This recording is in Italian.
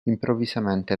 improvvisamente